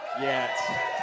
Yes